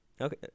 Okay